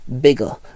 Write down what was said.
bigger